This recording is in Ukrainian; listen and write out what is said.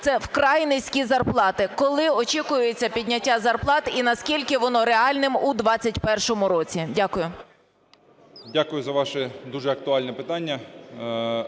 Це вкрай низькі зарплати. Коли очікується підняття зарплат і наскільки воно реальне у 21-му році? Дякую. 10:30:40 ШМИГАЛЬ Д.А. Дякую за ваше дуже актуальне питання.